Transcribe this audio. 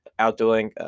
outdoing